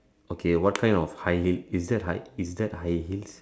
okay what kind of high heels is that high is that high heels